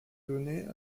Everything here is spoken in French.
données